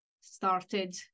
started